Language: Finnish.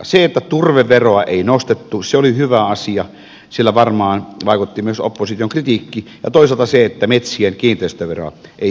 se että turveveroa ei nostettu oli hyvä asia siellä varmaan vaikutti myös opposition kritiikki ja toisaalta se että metsien kiinteistöveroa ei tullut